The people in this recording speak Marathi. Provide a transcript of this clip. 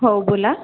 हो बोला